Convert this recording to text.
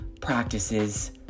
practices